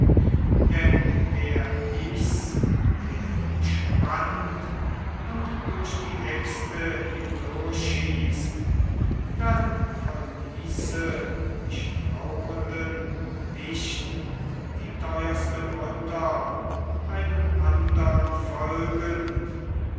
denn wär ich's der ihn spannt und durch die äxte hindurchschießt dann verließe mich trauernden nicht die teuerste mutter einem andern folgend